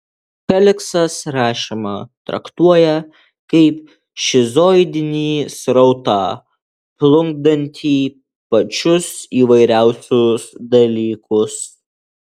feliksas rašymą traktuoja kaip šizoidinį srautą plukdantį pačius įvairiausius dalykus